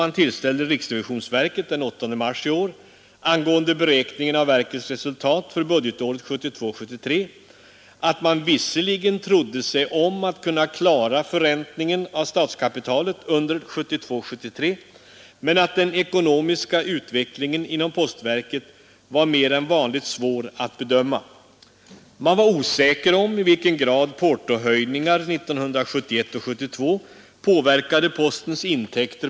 Jag föreställer mig att herr Burenstam Linder också för inte så länge sedan läste en artikel om änkan efter en företagare. Hon hade förlorat 84 000 kronor därför att han hade startat eget företag och lämnat Byggnadsarbetareförbundet. Av vilken anledning för då Byggnadsarbetareförbundet just ett sådant här resonemang?